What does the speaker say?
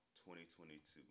2022